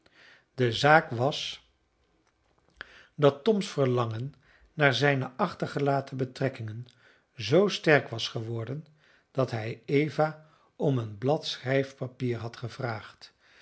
de zaak was dat toms verlangen naar zijne achtergelaten betrekkingen zoo sterk was geworden dat hij eva om een blad schrijfpapier had gevraagd